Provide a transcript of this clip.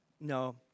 No